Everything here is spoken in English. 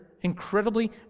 incredibly